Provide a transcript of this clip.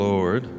Lord